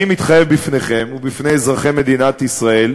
אני מתחייב בפניכם ובפני אזרחי מדינת ישראל,